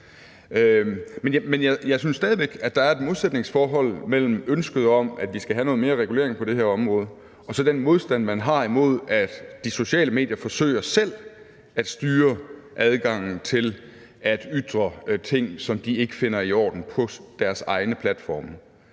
Men jeg synes stadig væk, at der er et modsætningsforhold mellem ønsket om, at vi skal have noget mere regulering på det her område, og så den modstand, man har, imod, at de sociale medier selv forsøger at styre adgangen til at ytre ting, som de ikke finder i orden på deres egne platforme.